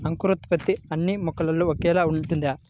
అంకురోత్పత్తి అన్నీ మొక్కలో ఒకేలా ఉంటుందా?